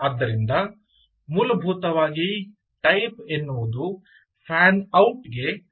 ಆದ್ದರಿಂದ ಮೂಲಭೂತವಾಗಿ ಟೈಪ್ ಎನ್ನುವುದು ಫ್ಯಾನ್ ಔಟ್ ಗೆ ಸಮಾನವಾಗಿರುತ್ತದೆ